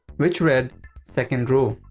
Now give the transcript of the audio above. which read second row.